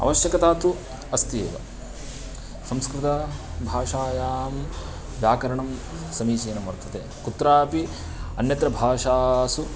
आवश्यकता तु अस्ति एव संस्कृतभाषायां व्याकरणं समीचीनं वर्तते कुत्रापि अन्यत्र भाषासु